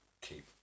keep